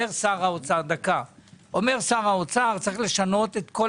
אומר שר האוצר שצריך לשנות את כל